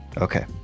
Okay